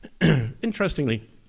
Interestingly